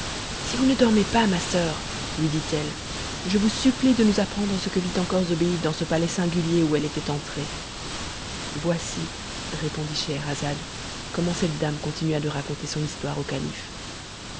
si vous ne dormez pas ma soeur lui dit-elle je vous supplie de nous apprendre ce que vit encore zobéide dans ce palais singulier où elle était entrée voici répondit scheherazade comment cette dame continua de raconter son histoire au calife